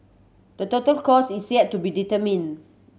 the total cost is yet to be determined